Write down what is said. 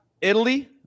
Italy